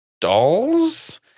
dolls